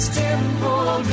temple